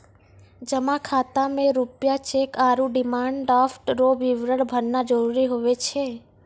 जमा खाता मे रूपया चैक आरू डिमांड ड्राफ्ट रो विवरण भरना जरूरी हुए छै